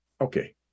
okay